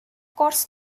course